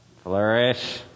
Flourish